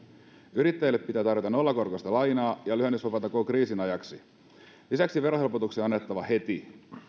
yrittäjille pitää tarjota nollakorkoista lainaa ja lyhennysvapaata koko kriisin ajaksi lisäksi verohelpotuksia on annettava heti